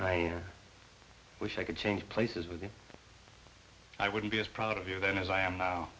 i wish i could change places with him i would be as proud of you then as i am now